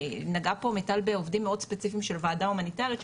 נגעה פה מיטל בעובדים מאוד ספיציפיים של וועדה הומניטרית,